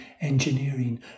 engineering